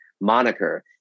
moniker